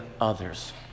others